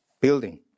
building